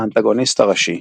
האנטגוניסט הראשי.